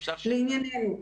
לענייננו,